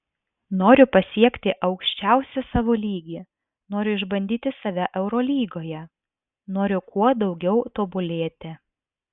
noriu pasiekti aukščiausią savo lygį noriu išbandyti save eurolygoje noriu kuo daugiau tobulėti